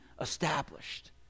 established